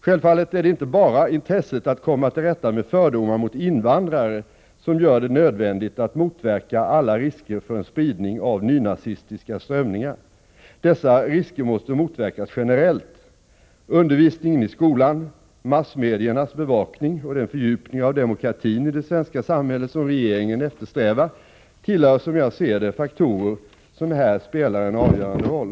Självfallet är det inte bara intresset att komma till rätta med fördomar mot invandrare som gör det nödvändigt att motverka alla risker för en spridning av nynazistiska strömningar. Dessa risker måste motverkas generellt. Undervisningen i skolan, massmediernas bevakning och den fördjupning av demokratin i det svenska samhället som regeringen eftersträvar tillhör, som jag ser det, de faktorer som här spelar en avgörande roll.